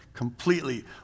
Completely